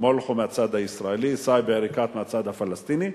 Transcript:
מולכו מהצד הישראלי, סאיב עריקאת מהצד הפלסטיני.